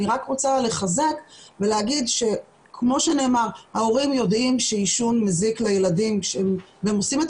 אני רוצה לחזק ולומר שההורים יודעים שעישון מזיק לילדים והם עושים את